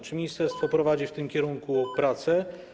Czy ministerstwo prowadzi w tym kierunku prace?